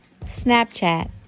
Snapchat